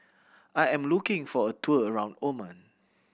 I am looking for a tour around Oman